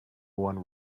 one